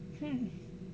mm